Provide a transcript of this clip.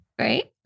Right